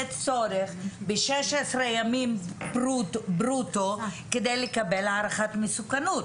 צורך ב-16 ימים ברוטו כדי לקבל הערכת מסוכנות.